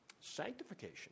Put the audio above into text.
sanctification